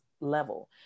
level